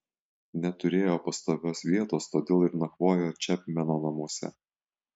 neturėjo pastovios vietos todėl ir nakvojo čepmeno namuose